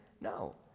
No